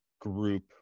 group